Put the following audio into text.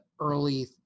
early